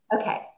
Okay